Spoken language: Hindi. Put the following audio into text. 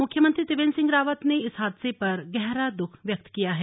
मुख्यमंत्री त्रिवेंद्र सिंह रावत ने इस हादसे पर गहरा दुख व्यक्त किया है